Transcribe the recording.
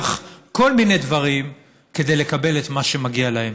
כל מיני דברים כדי לקבל את מה שמגיע להם.